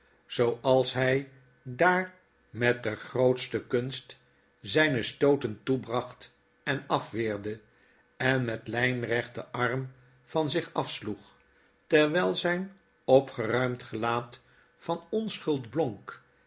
zooals hfl daar met de grootste kunst zflne stooten toebracht en afweerde en met lflnrechten arm van zich afsloeg terwfll zyn opgeruimd gelaat van onschuld